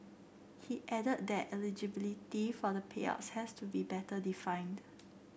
he added that eligibility for the payouts has to be better defined